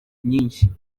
nyinshi